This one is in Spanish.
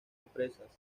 empresas